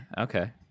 Okay